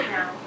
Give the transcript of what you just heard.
Now